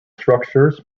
structures